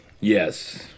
yes